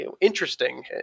interesting